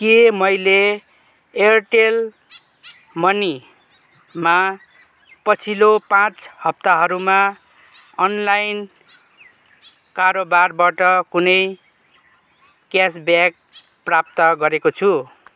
के मैले एयरटेल मनीमा पछिल्लो पाँच हप्ताहरूमा अनलाइन कारोबारबट कुनै क्यासब्याक प्राप्त गरेको छु